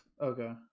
okay